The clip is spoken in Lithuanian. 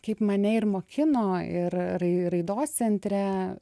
kaip mane ir mokino ir rai raidos centre